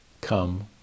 Come